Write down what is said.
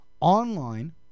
online